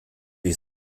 ich